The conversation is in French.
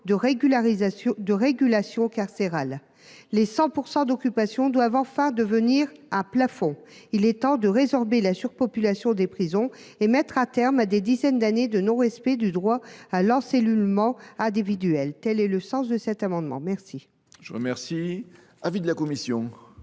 de régulation carcérale. Le taux de 100 % d’occupation doit enfin devenir un plafond. Il est temps de résorber la surpopulation des prisons et de mettre un terme à des dizaines d’années de non respect du droit à l’encellulement individuel. Tel est le sens de cet amendement. Quel